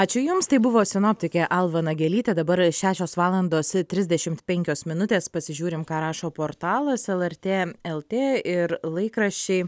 ačiū jums tai buvo sinoptikė alva nagelytė dabar šešios valandos trisdešimt penkios minutės pasižiūrim ką rašo portalas lrt lt ir laikraščiai